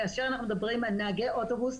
כאשר אנחנו מדברים על נהגי אוטובוס,